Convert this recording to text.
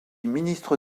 ministre